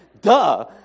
duh